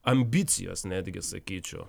ambicijos netgi sakyčiau